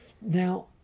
Now